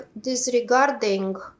disregarding